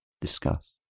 Discuss